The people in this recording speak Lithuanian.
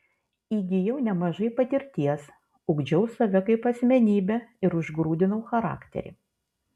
įgijau nemažai patirties ugdžiau save kaip asmenybę ir užgrūdinau charakterį